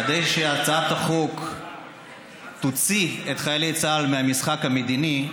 כדי שהצעת החוק תוציא את חיילי צה"ל מהמשחק המדיני,